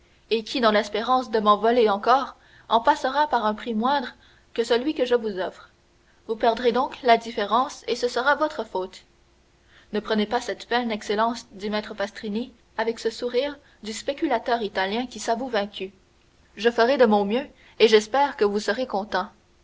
et qui dans l'espérance de m'en voler encore en passera par un prix moindre que celui que je vous offre vous perdrez donc la différence et ce sera votre faute ne prenez pas cette peine excellence dit maître pastrini avec ce sourire du spéculateur italien qui s'avoue vaincu je ferai de mon mieux et j'espère que vous serez content